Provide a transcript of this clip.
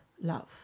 love